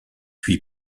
huit